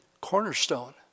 cornerstone